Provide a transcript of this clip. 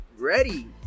Ready